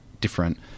different